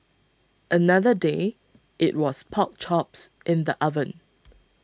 another day it was pork chops in the oven